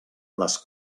les